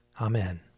Amen